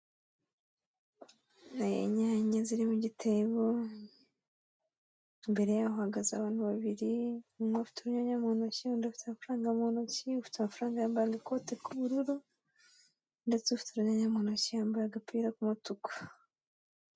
Inyanya ziri mu gitebo, imbere yaho hahagaze abantu babiri, umwe ufite urunyanya mu ntoki, undi ufite amafaranga mu ntoki, ufite amafaranga yambaye agakote k'ubururu, ndetse ufite urunyanya mu ntoki yambaye agapira k'umutuku.